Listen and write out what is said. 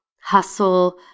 Hustle